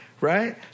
right